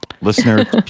Listener